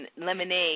lemonade